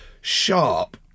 sharp